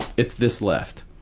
it's this left.